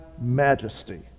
majesty